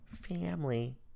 family